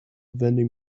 vending